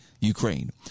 Ukraine